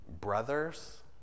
brothers